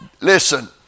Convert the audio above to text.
Listen